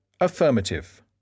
Affirmative